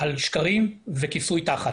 על שקרים וכיסוי תחת